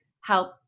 help